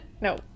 No